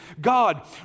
God